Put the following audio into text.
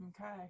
Okay